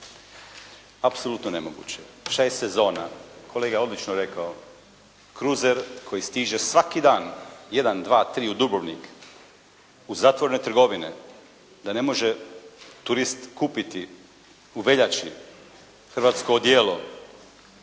apsolutno nemoguće. Šta je sezona? Kolega je odlično rekao cruser koji stiže svaki dan, jedan, dva, tri u Dubrovnik u zatvorene trgovine da ne može turist kupiti u veljači hrvatsko odijelo,